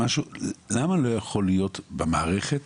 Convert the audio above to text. למה לא יכול להיות במערכת